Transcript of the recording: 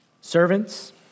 Servants